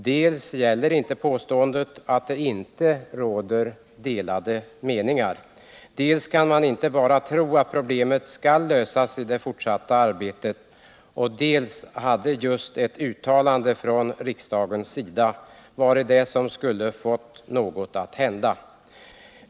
Dels gäller inte påståendet att det inte råder delade meningar, dels kan man inte bara tro att problemet skall lösas i det fortsatta arbetet och dels hade just ett uttalande från riksdagens sida varit det som skulle ha fått något att hända.